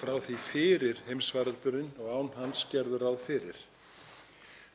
frá því fyrir heimsfaraldurinn, án hans, gerðu ráð fyrir.